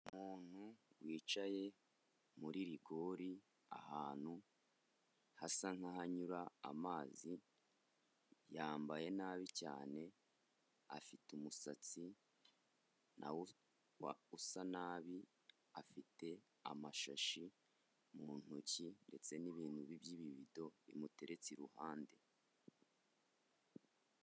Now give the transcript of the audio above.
Umuntu wicaye muri rigori ahantu hasa nk'ahanyura amazi, yambaye nabi cyane afite umusatsi na wo ukaba usa nabi, afite amashashi mu ntoki ndetse n'ibintu by'ibibido bimuteretse iruhande.